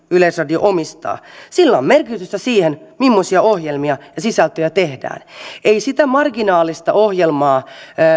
yleisradio omistaa esimerkiksi studioita on merkitystä siihen millaisia ohjelmia ja sisältöjä tehdään ei sitä marginaalista ohjelmaa